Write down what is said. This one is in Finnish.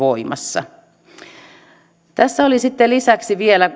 voimassa tässä oli sitten lisäksi vielä